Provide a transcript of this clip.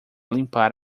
limpar